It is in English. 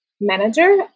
manager